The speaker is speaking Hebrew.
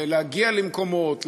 להגיע למקומות,